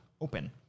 open